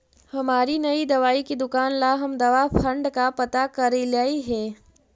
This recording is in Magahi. हमारी नई दवाई की दुकान ला हम दवा फण्ड का पता करलियई हे